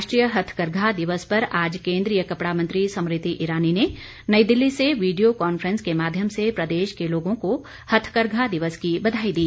राष्ट्रीय हथकरघा दिवस पर आज केन्द्रीय कपड़ा मंत्री स्मृति ईरानी ने नई दिल्ली से वीडियो कॉन्फ्रेंस के माध्यम से प्रदेश के लोगों को हथकरघा दिवस की बधाई दी